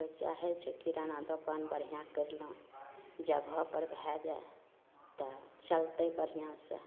कोइ चाहै छै किराना दोकान बढ़िआँ करितहुँ जगहपर भए जाए तऽ चलतै बढ़िआँसे